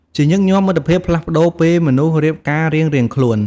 ជាញឹកញាប់ មិត្តភាពផ្លាស់ប្តូរពេលមនុស្សរៀបការរៀងៗខ្លួន។